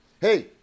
Hey